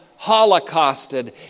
holocausted